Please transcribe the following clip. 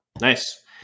Nice